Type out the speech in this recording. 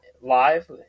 live